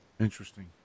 Interesting